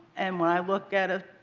and when i look at ah